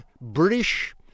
British